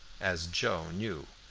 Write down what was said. as joe knew.